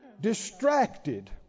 distracted